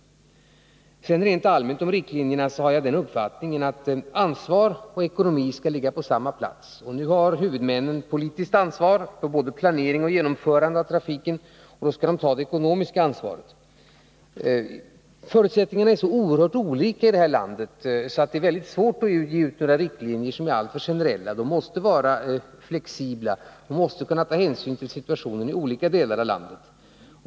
Rent allmänt har jag den uppfattningen om riktlinjerna att frågor om ansvar och ekonomi skall ligga på samma plats. Eftersom huvudmännen har politiskt ansvar för både planering och utförande av trafiken skall de också ta det ekonomiska ansvaret. Förutsättningarna i det här landet är så oerhört olika att det är mycket svårt att ange generella riktlinjer. De måste vara flexibla och ta hänsyn till hur situationen är i olika delar av landet.